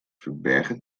verbergen